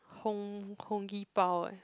Hong-Hong Kee-Bao eh